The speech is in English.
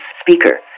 speaker